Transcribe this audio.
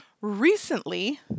Recently